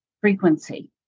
frequency